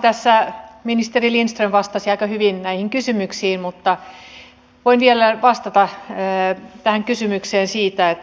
oikeastaan ministeri lindström vastasi aika hyvin näihin kysymyksiin mutta voin vielä vastata kysymykseen siitä